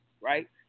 Right